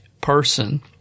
person